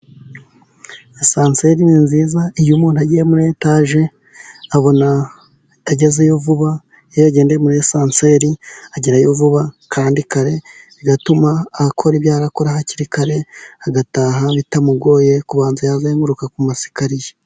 Esanseri ni nziza iyo umuntu agiye muri etaje abona atagezeyo vuba, iyo yagende muri esanseri agerayo vuba kandi kare, bigatuma akora ibyo arakora hakiri kare agataha bitamugoye, kubanza yazenguruka ku masikariye.